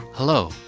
Hello